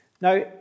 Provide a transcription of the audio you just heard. Now